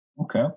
Okay